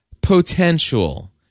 potential